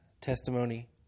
testimony